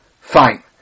fine